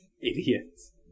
Idiots